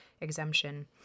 exemption